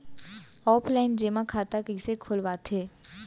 Offline जेमा खाता कइसे खोलवाथे?